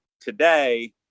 today